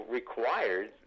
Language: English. required